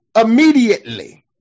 immediately